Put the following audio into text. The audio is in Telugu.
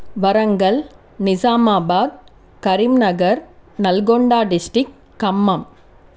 వరంగల్ నిజామాబాద్ కరీంనగర్ నల్గొండ డిస్టిక్ ఖమ్మం